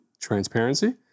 transparency